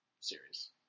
series